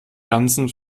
ganzen